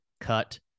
cut